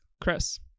Chris